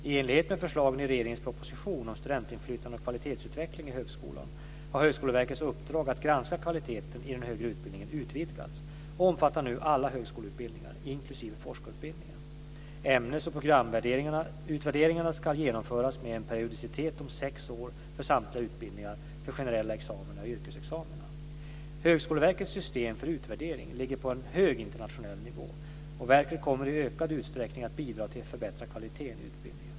I enlighet med förslagen i regeringens proposition om studentinflytande och kvalitetsutveckling i högskolan har Högskoleverkets uppdrag att granska kvaliteten i den högre utbildningen utvidgats och omfattar nu alla högskoleutbildningar, inklusive forskarutbildningen. Ämnes och programutvärderingar ska genomföras med en periodicitet om sex år för samtliga utbildningar för generella examina och yrkesexamina. Högskoleverkets system för utvärdering ligger på en hög internationell nivå, och verket kommer i ökad utsträckning att bidra till att förbättra kvaliteten i utbildningen.